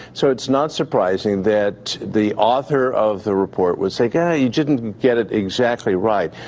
so it's not surprising that the author of the report was saying, hey, you didn't get it exactly right,